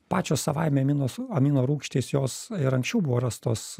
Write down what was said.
pačios savaime aminos amino rūgštys jos ir anksčiau buvo rastos